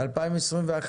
ב-2021